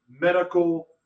medical